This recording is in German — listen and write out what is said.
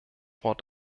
wort